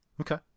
Okay